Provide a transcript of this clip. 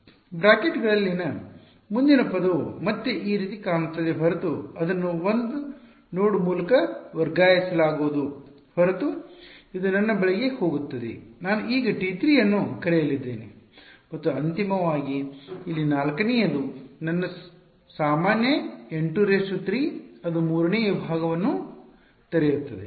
ಬ್ರಾಕೆಟ್ಗಳಲ್ಲಿನ ಮುಂದಿನ ಪದವು ಮತ್ತೆ ಈ ರೀತಿ ಕಾಣುತ್ತದೆ ಹೊರತು ಅದನ್ನು 1 ನೋಡ್ ಮೂಲಕ ವರ್ಗಾಯಿಸಲಾಗುವುದು ಹೊರತು ಇದು ನನ್ನ ಬಳಿಗೆ ಹೋಗುತ್ತದೆ ನಾನು ಈ T3 ಅನ್ನು ಕರೆಯಲಿದ್ದೇನೆ ಮತ್ತು ಅಂತಿಮವಾಗಿ ಇಲ್ಲಿ ನಾಲ್ಕನೆಯದು ನನ್ನ ಸಾಮಾನ್ಯ N23 ಅದು ಮೂರನೇ ವಿಭಾಗವನ್ನು ತೆರೆಯುತ್ತದೆ